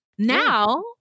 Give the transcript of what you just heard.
Now